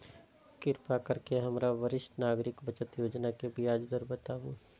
कृपा करके हमरा वरिष्ठ नागरिक बचत योजना के ब्याज दर बताबू